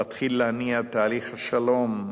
להתחיל להניע את תהליך השלום,